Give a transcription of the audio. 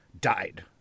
died